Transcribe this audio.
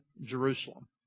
Jerusalem